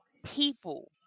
people